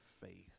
faith